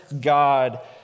God